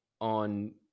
on